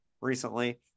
recently